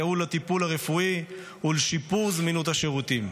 לייעול הטיפול הרפואי ולשיפור זמינות השירותים,